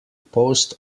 post